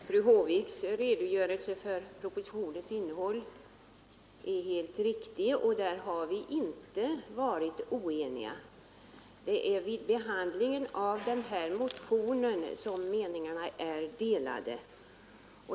Herr talman! Fru Håviks redogörelse för propositionens innehåll är helt riktig. Om det har vi inte varit oeniga. Det är vid behandlingen av motionen som meningarna varit delade.